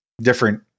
different